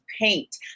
paint